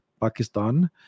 Pakistan